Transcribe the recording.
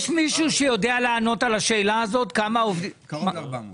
מאה אחוז.